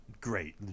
great